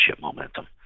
momentum